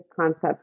concept